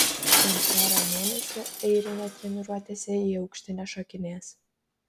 bent pora mėnesių airinė treniruotėse į aukštį nešokinės